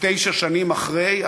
שתשע שנים אחרי,